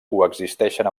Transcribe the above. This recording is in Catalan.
coexisteixen